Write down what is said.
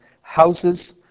houses